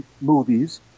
movies